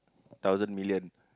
thousand million